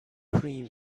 cream